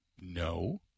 No